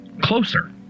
Closer